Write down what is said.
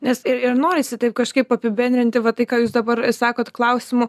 nes ir ir norisi taip kažkaip apibendrinti va tai ką jūs dabar sakot klausimu